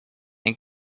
and